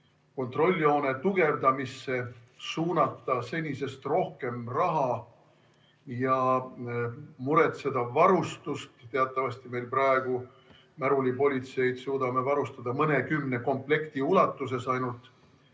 kontrolljoone tugevdamisse suunata senisest rohkem raha ja muretseda varustust? Teatavasti me praegu märulipolitseid suudame varustada ainult mõnekümne komplekti ulatuses,